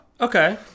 Okay